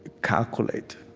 calculate.